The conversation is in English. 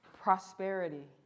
prosperity